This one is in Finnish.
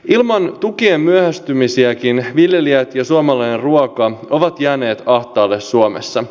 ilman tukien myöhästymisiäkin viljelijät ja suomalainen ruoka ovat jääneet ahtaalle suomessa